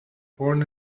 born